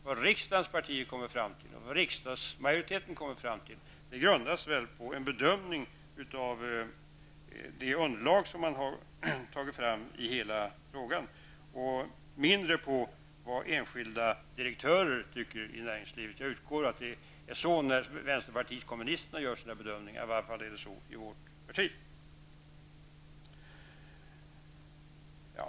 Vad riksdagens partier och riksdagsmajoriteten kommer fram till grundas på en bedömning av det underlag som har tagits fram i hela frågan och mindre på vad enskilda direktörer tycker i näringslivet. Jag utgår från att det är så vänsterpartiet gör sina bedömningar, i varje fall är det så i vårt parti.